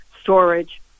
storage